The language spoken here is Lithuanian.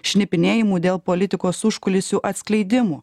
šnipinėjimu dėl politikos užkulisių atskleidimų